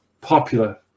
popular